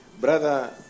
Brother